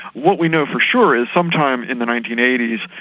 what we know for sure is sometime in the nineteen eighty s,